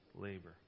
labor